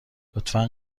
لطفا